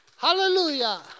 Hallelujah